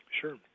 Sure